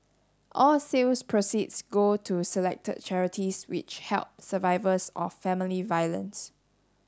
all sales proceeds go to selected charities which help survivors of family violence